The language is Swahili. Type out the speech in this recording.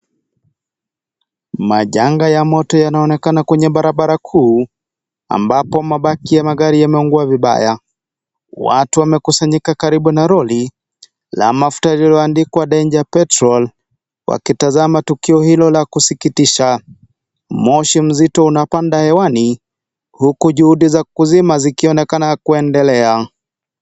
Majanga ya moto yanaonekana kwenye barabara kuu ambapo mabaki ya magari yameungwa vibaya. Watu wamekusanyika karibu na lori la mafuta iliyoandikwa (CS)danger petrol(CS)wakitazama tukio hilo la kusikitisha. Moshi msito unapanda hewani huku juhudi za kuzima zikionekana kuendelea.